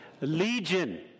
legion